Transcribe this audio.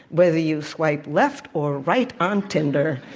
whether you swipe left or right on tinder.